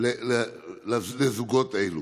לזוגות אלו.